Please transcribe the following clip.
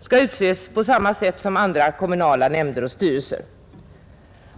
skall utses på samma sätt som andra kommunala nämnder och styrelser.